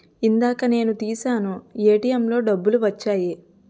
ఇందాక నేను తీశాను ఏటీఎంలో డబ్బులు వచ్చాయి